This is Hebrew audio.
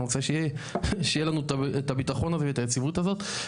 אני רוצה שיהיה לנו את הביטחון הזה ואת היציבות הזאת,